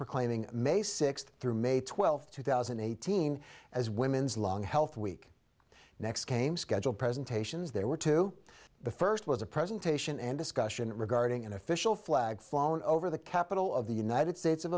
proclaiming may sixth through may twelfth two thousand and eighteen as women's long health week next came scheduled presentations there were two the first was a presentation and discussion regarding an official flag flown over the capitol of the united states of